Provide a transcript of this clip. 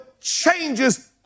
changes